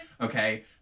Okay